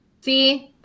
See